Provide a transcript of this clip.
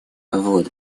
вот